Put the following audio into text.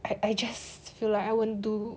I I just feel like I won't do